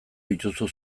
dituzu